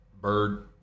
bird